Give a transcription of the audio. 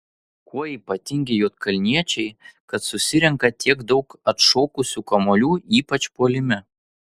kuo ypatingi juodkalniečiai kad susirenka tiek daug atšokusių kamuolių ypač puolime